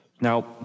Now